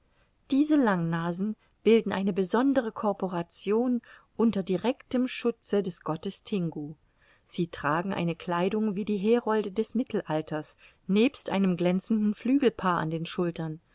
diese langnasen bilden eine besondere corporation unter directem schutze des gottes tingu sie tragen eine kleidung wie die herolde des mittelalters nebst einem glänzenden flügelpaar an den schultern